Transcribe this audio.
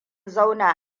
zauna